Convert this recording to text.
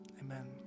Amen